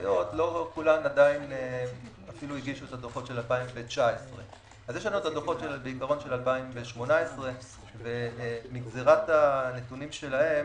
בורסאיות לא הגישו את הדוחות של 2019. יש הדוחות של 2018. מגזרת הנתונים שלהם